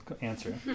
answer